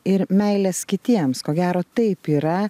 ir meilės kitiems ko gero taip yra